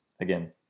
Again